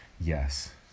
Yes